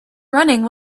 running